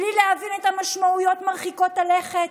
בלי להבין את המשמעויות מרחיקות הלכת.